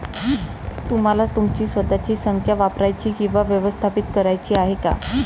तुम्हाला तुमची स्वतःची संख्या वापरायची किंवा व्यवस्थापित करायची आहे का?